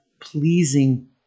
pleasing